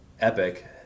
Epic